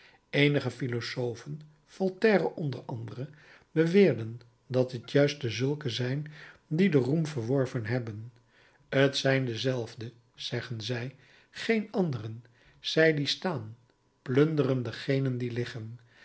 eenige philosofen voltaire onder anderen beweren dat het juist dezulken zijn die den roem verworven hebben t zijn dezelfden zeggen zij geen anderen zij die staan plunderen degenen die liggen